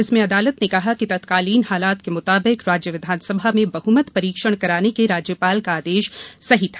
इसमें अदालत ने कहा कि तत्कालीन हालात के मुताबिक राज्य विधानसभा में बहुमत परीक्षण कराने के राज्यपाल का आदेश सही था